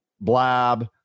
blab